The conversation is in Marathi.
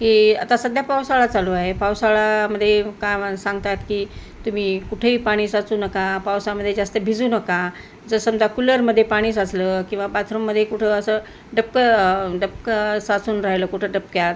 की आता सध्या पावसाळा चालू आहे पावसाळ्यामध्ये का सांगतात की तुम्ही कुठेही पाणी साचू नका पावसामध्ये जास्त भिजू नका जसं समजा कूलरमध्ये पाणी साचलं किंवा बाथरूममध्ये कुठं असं डबकं डबकं साचून राहिलं कुठं डबक्यात